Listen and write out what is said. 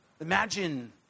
Imagine